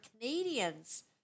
Canadians